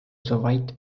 soweit